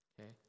okay